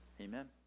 Amen